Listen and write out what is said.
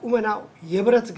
went out yeah but it's a